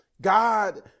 God